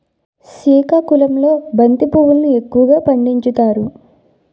సికాకుళంలో బంతి పువ్వులును ఎక్కువగా పండించుతారు